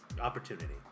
opportunity